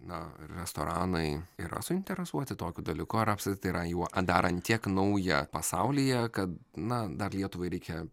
na restoranai yra suinteresuoti tokiu dalyku ar apskritai yra juo dar ant tiek nauja pasaulyje kad na dar lietuvai reikia